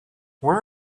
where